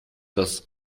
das